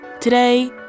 Today